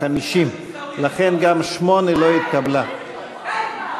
50. לכן גם 8 לא התקבלה במליאה.